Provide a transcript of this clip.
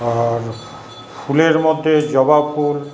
আর ফুলের মধ্যে জবাফুল